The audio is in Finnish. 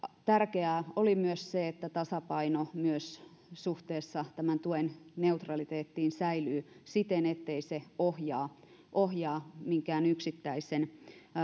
tärkeää oli myös se että tasapaino myös suhteessa tämän tuen neutraliteettiin säilyy siten ettei se ohjaa ohjaa minkään yksittäisen